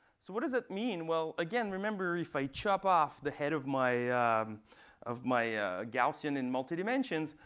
so what does that mean? well, again, remember, if i chop off the head of my of my gaussian in multi dimensions,